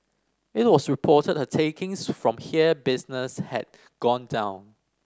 it was reported her takings from here business had gone down